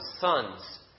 sons